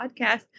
podcast